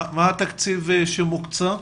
מה התקציב שהוקצה?